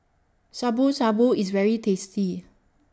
Shabu Shabu IS very tasty